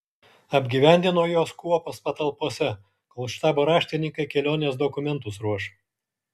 apgyvendino juos kuopos patalpose kol štabo raštininkai kelionės dokumentus ruoš